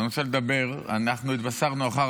אנחנו התבשרנו אחר